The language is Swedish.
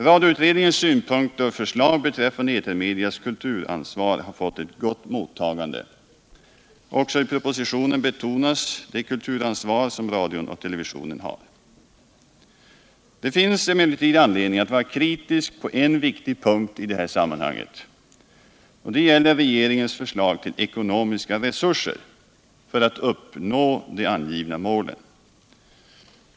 Radioutredningens synpunkter och förslag beträffande etermediernas kulturansvar har fått ett gott mottagande. Också i propositionen betonas det kulturansvar som radion och televisionen har. Det finns dock anledning att vara kritisk på en viktig punkt i detta sammanhang. Det gäller regeringens förslag till ekonomiska resurser för att uppnå de angivna målen.